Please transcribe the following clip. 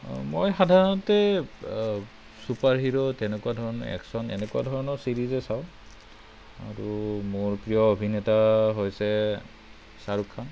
মই সাধাৰণতে চুপাৰহিৰো তেনেকুৱা ধৰণে একচন এনেকুৱা ধৰণৰ ছিৰিজে চাওঁ আৰু মোৰ প্ৰিয় অভিনেতা হৈছে শ্বাহৰূখ খান